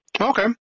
Okay